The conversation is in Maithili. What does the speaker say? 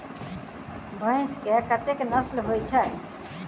भैंस केँ कतेक नस्ल होइ छै?